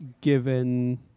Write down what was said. given